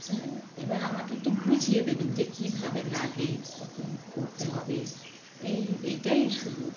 হ্যাঁ এবার আমাকে একটু বুঝিয়ে দেবেন যে কীভাবে লাগে কী কী করতে হবে এই এইটাই শুধু